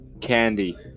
Candy